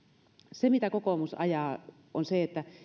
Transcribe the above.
se mitä kokoomus ajaa on se että